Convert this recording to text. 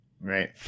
Right